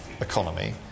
economy